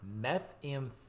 methamphetamine